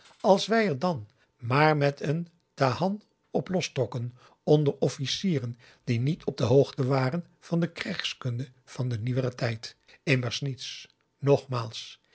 als wij er dan maar met een t a h a n op los trokken onder officieren die niet op de hoogte waren van de krijgskunde van den nieuweren tijd immers niets nogmaals